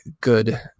good